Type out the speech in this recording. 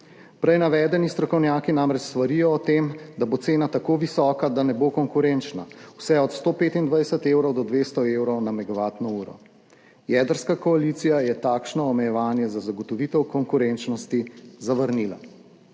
Prej navedeni strokovnjaki namreč svarijo o tem, da bo cena tako visoka, da ne bo konkurenčna, vse od 125 evrov do 200 evrov na megavatno uro. Jedrska koalicija je takšno omejevanje za zagotovitev konkurenčnosti zavrnila.